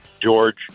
George